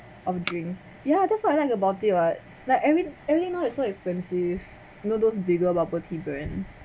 of drinks yeah that's what I like about it what like every every now so expensive you know those bigger bubble tea brands